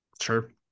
sure